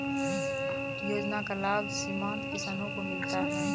योजना का लाभ सीमांत किसानों को मिलता हैं?